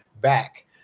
back